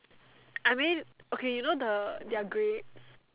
I mean okay you know the their grapes